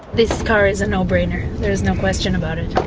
this car is a no-brainer, there's no question about it.